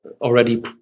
already